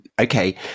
okay